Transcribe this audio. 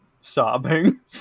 sobbing